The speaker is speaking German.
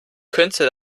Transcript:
könnte